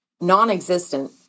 non-existent